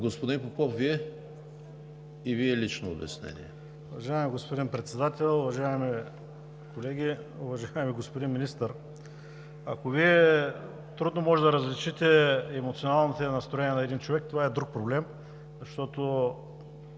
Господин Попов, а Вие? И Вие лично обяснение.